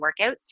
workouts